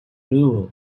blue